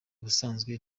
ubusanzwe